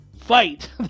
Fight